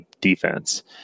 defense